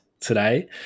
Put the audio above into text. today